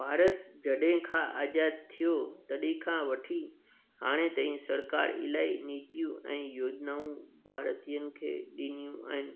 भारत जॾहिं खां आजादु थियो तॾहिं खां वठी हाणे ताईं सरकार इलाही नीतियूं ऐं योजनाऊं भारतियुनि खे ॾिनियूं आहिनि